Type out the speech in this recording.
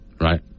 Right